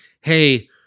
hey